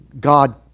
God